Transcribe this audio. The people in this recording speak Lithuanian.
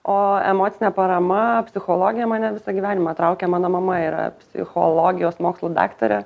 o emocinė parama psichologija mane visą gyvenimą traukė mano mama yra psichologijos mokslų daktarė